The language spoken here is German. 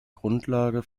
grundlage